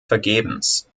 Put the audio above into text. vergebens